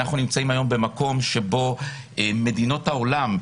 אנחנו נמצאים היום במקום שבו מדינות העולם,